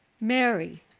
Mary